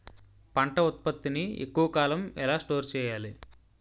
పంట ఉత్పత్తి ని ఎక్కువ కాలం ఎలా స్టోర్ చేయాలి?